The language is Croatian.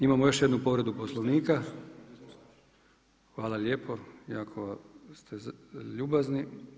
Imamo još jednu povredu Poslovnika. … [[Upadica se ne čuje.]] Hvala lijepo, jako ste ljubazni.